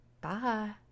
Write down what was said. Bye